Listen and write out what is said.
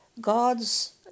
God's